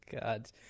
God